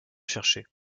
chercher